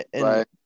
Right